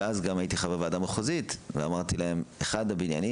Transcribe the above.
אז הייתי חבר ועדה מחוזית ואמרתי להם שאחד